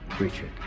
Richard